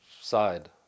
side